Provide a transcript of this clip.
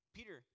Peter